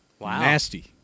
Nasty